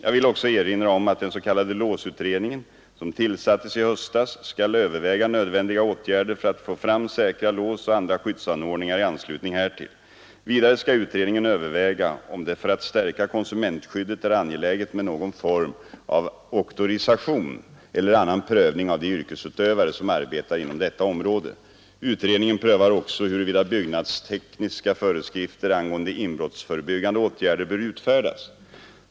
Jag vill också erinra om att den s.k. låsutredningen, som tillsattes i höstas, skall överväga nödvändiga åtgärder för att få fram säkra lås och andra skyddsanordningar i anslutning härtill. Vidare skall utredningen överväga, om det för att stärka konsumentskyddet är angeläget med någon form av auktorisation eller annan prövning av de yrkesutövare som arbetar inom detta område. Utredningen prövar också huruvida byggnadstekniska föreskrifter angående inbrottsförebyggande åtgärder bör utfärdas.